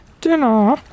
dinner